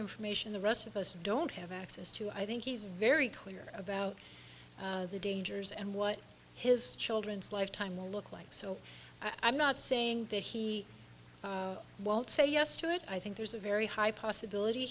information the rest of us don't have access to i think he's very clear about the dangers and what his children's lifetime will look like so i'm not saying that he won't say yes to it i think there's a very high possibility